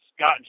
Scott